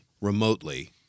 remotely